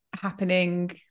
happening